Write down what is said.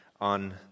on